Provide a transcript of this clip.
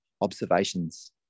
observations